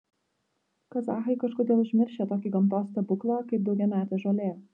kazachai kažkodėl užmiršę tokį gamtos stebuklą kaip daugiametė žolė